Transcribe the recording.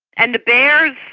and the bears,